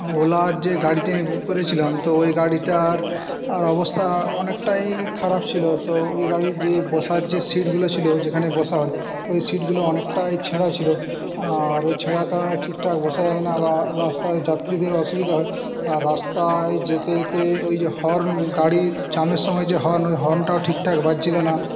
ওলার যে গাড়িটি আমি বুক করেছিলাম তো ওই গাড়িটার আর অবস্থা অনেকটাই খারাপ ছিল তো ওই গাড়ির যে বসার যে সিটগুলো ছিল যেখানে বসা হয় তো ওই সিটগুলো অনেকাই ছেঁড়া ছিল আর ওই ছেঁড়া কারণে ঠিকঠাক বসা যায় না বা রাস্তায় যাত্রীদের আসুবিধা হয় আর রাস্তায় যেতে যেতে ওই যে হর্ন গাড়ির জ্যামের সময় যে হর্ন ওই হর্নটাও ঠিকঠাক বাজছিলনা